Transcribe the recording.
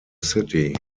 city